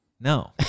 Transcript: No